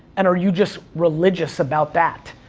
and are you just religious about that?